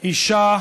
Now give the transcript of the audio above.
אישה